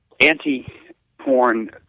anti-porn